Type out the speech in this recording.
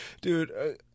Dude